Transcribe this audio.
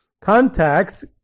contacts